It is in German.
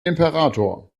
imperator